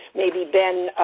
maybe ben,